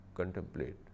Contemplate